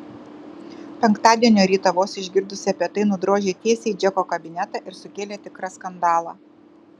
penktadienio rytą vos išgirdusi apie tai nudrožė tiesiai į džeko kabinetą ir sukėlė tikrą skandalą